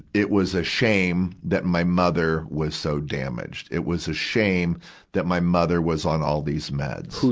it was a shame that my mother was so damaged. it was a shame that my mother was on all these meds.